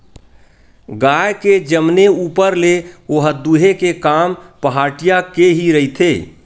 गाय के जनमे ऊपर ले ओला दूहे के काम पहाटिया के ही रहिथे